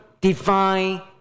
divine